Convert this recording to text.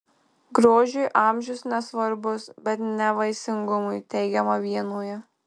grožiui amžius nesvarbus bet ne vaisingumui teigiama vienoje